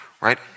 right